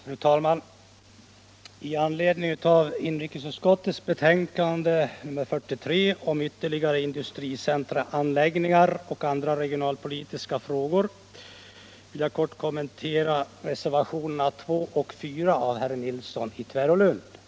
Fru talman! Med anledning av inrikesutskottets betänkande nr 43 om ytterligare industricenteranläggningar och andra regionalpolitiska frågor vill jag kort kommentera reservationerna 2 och 4 av herr Nilsson i Tvärålund m.fl.